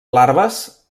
larves